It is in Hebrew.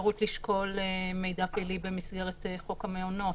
האפשרות לשקול מידע פלילי במסגרת חוק המעונות,